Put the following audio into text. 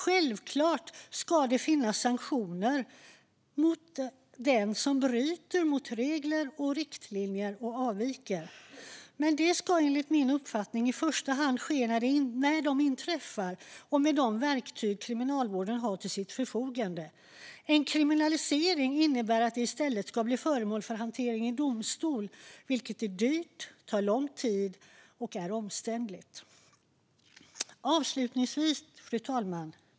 Självklart ska det finnas sanktioner mot den som bryter mot regler och riktlinjer och avviker, men de ska enligt min uppfattning vidtas först när det inträffar och med de verktyg kriminalvården har till sitt förfogande. En kriminalisering innebär att detta i stället ska bli föremål för hantering av domstol, vilket är dyrt, tar lång tid och är omständligt. Fru talman!